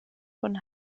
von